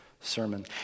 sermon